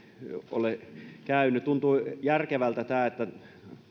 ole käynyt tuntuu järkevältä tämä että